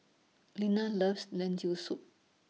Linna loves Lentil Soup